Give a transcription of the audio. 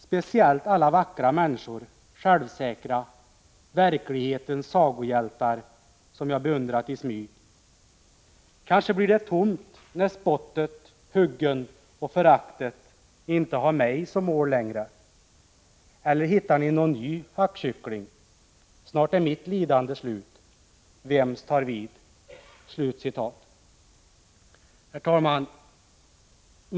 Speciellt alla vackra människor, självsäkra, verklighetens sagohjältar, som jag beundrat i smyg. Kanske blir det tomt när spottet, huggen och föraktet inte har mig som mål längre. Eller hittar ni någon ny hackkyckling? Snart är mitt lidande slut. Vems tar vid?” Herr talman!